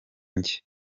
njye